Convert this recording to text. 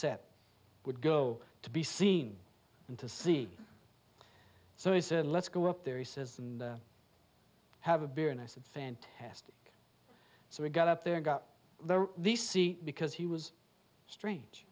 set would go to be seen and to see so he said let's go up there he says and have a beer and i said fantastic so we got up there and got there the see because he was strange